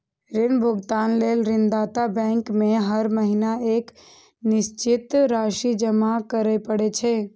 ऋण भुगतान लेल ऋणदाता बैंक में हर महीना एक निश्चित राशि जमा करय पड़ै छै